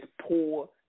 poor